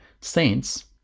saints